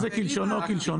אם זה כלשונו אז כלשונו.